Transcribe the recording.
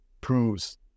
proves